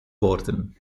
worden